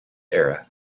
era